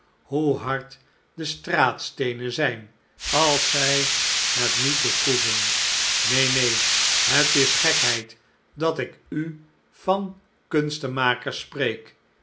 hoe hard de straatsteenen zijn als zij het niet beproeven neen neen het is gekheid dat ik u van kunstenmakers spreek